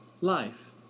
life